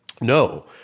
No